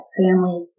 family